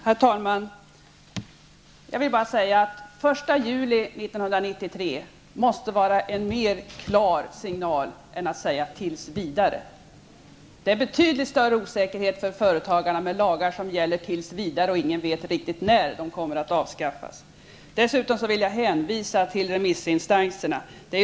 Herr talman! Det måste vara en mer klar signal till industrin att säga den 1 juli 1993 än att säga tills vidare. Lagar som gäller tills vidare och som ingen vet när de kommer att avskaffas innebär betydligt större osäkerhet för företagarna. Dessutom vill jag hänvisa till remissinstanserna.